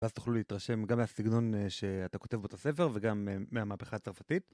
ואז תוכלו להתרשם גם מהסגנון שאתה כותב בו את הספר וגם מהמהפכה הצרפתית